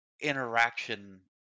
interaction